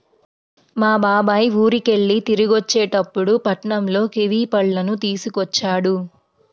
మా బాబాయ్ ఊరికెళ్ళి తిరిగొచ్చేటప్పుడు పట్నంలో కివీ పళ్ళను తీసుకొచ్చాడు